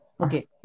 Okay